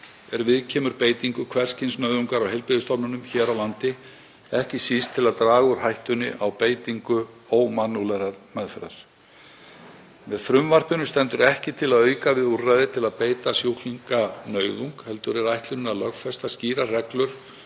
er viðkemur beitingu hvers kyns nauðungar á heilbrigðisstofnunum hér á landi, ekki síst til að draga úr hættunni á beitingu ómannúðlegrar meðferðar. Með frumvarpinu stendur ekki til að auka við úrræði til að beita sjúklinga nauðung heldur er ætlunin að lögfesta skýrar reglur